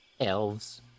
Elves